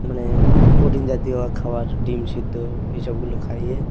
মানে প্রোটিন জাতীয় খাবার ডিম সিদ্ধ এসবগুলো খাইয়ে